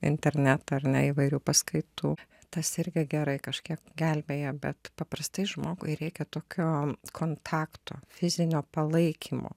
internetą ar ne įvairių paskaitų tas irgi gerai kažkiek gelbėja bet paprastai žmogui reikia tokio kontakto fizinio palaikymo